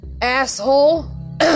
Asshole